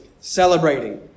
celebrating